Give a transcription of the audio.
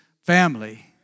family